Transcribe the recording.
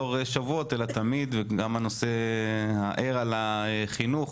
באזור שבועות, אלא תמיד וגם הנושא הער, על החינוך.